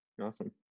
Awesome